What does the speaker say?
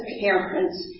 parents